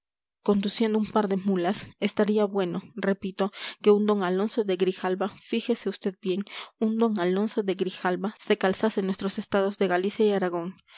conduciendo un par de mulas estaría bueno repito que un d alonso de grijalva fíjese vd bien un d alonso de grijalva se calzase nuestros estados de galicia y aragón